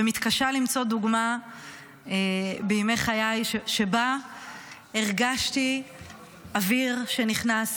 ומתקשה למצוא דוגמה בימי חיי שבה הרגשתי אוויר שנכנס לריאות,